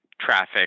traffic